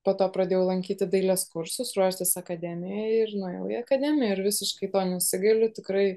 po to pradėjau lankyti dailės kursus ruoštis akademijai ir nuėjau į akademiją ir visiškai to nesigailiu tikrai